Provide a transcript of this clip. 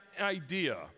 idea